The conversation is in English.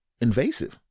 invasive